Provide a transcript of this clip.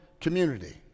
community